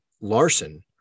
Larson